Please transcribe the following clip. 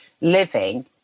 living